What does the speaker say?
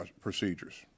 procedures